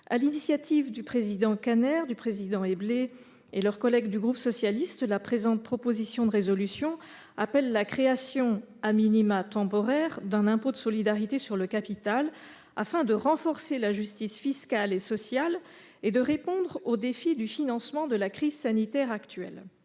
l'initiative de MM. les présidents Kanner et Éblé et de leurs collègues du groupe socialiste, la présente proposition de résolution invite à la création, temporaire, d'un impôt de solidarité sur le capital afin de renforcer la justice fiscale et la justice sociale et de répondre au défi du financement de la crise sanitaire actuelle.